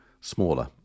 smaller